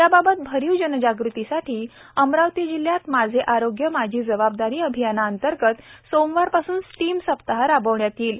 याबाबत भरीव जनजागृतीसाठी अमरावती जिल्ह्यात माझे आरोग्य माझी जबाबदारी अभियानांतर्गत सोमवारपासून स्टीम सप्ताह राबविण्यात येईल